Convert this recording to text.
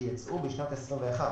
שייצאו בשנת 2021,